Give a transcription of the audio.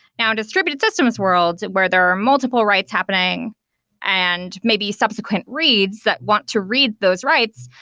now, in distributed systems world, where there are multiple writes happening and maybe subsequent reads that want to read those writes,